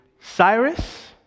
Cyrus